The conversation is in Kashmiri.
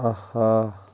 آہا